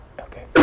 Okay